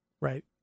Right